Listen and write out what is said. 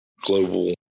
global